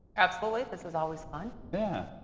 absolutely. this is always fun. yeah.